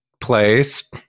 place